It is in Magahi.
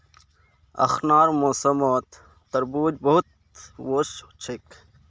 अखनार मौसमत तरबूज बहुत वोस छेक